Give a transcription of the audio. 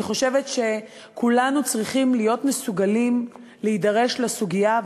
אני חושבת שכולנו צריכים להיות מסוגלים להידרש לסוגיה.